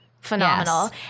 phenomenal